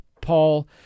Paul